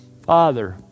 Father